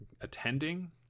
attending